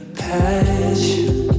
passion